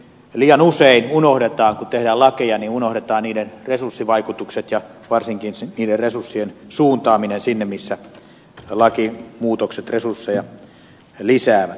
liian usein unohdetaan kun tehdään lakeja niiden resurssivaikutukset ja varsinkin niiden resurssien suuntaaminen sinne missä lakimuutokset resurssien tarvetta lisäävät